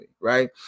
right